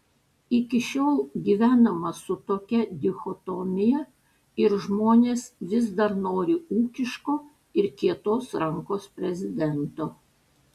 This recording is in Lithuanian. iki šiol gyvenama su tokia dichotomija ir žmonės vis dar nori ūkiško ir kietos rankos prezidento